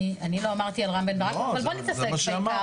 אני לא אמרתי על רם בן ברק, אבל בוא נתעסק בעיקר.